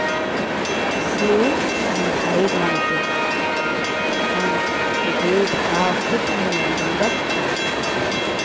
इसलिए हम भाई मानते हैं हम भेद भाव कुछ नहीं जानते हैं बस भाई हैं